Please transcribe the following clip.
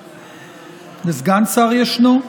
סגן שר ישנו,